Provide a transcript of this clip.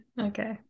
Okay